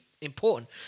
important